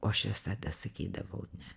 o aš visada sakydavau ne